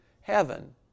heaven